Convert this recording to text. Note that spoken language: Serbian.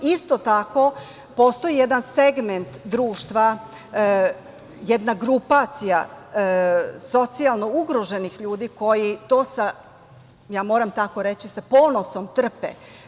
Isto tako postoji jedan segment društva, jedna grupacija socijalno ugroženih ljudi koji to, ja moram tako reći, sa ponosom trpe.